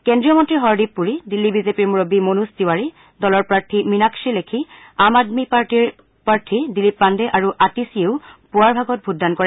কেন্দ্ৰীয় মন্ত্ৰী হৰদীপ পুৰী দিল্লী বিজেপিৰ মূৰববী মনোজ তিৱাৰী দলৰ প্ৰাৰ্থী মিনাক্ষী লেখী আম আদমী পাৰ্টীৰ প্ৰাৰ্থী দিলীপ পাণ্ডে আৰু আতিশিয়েও পুৱাৰ ভাগত ভোটদান কৰে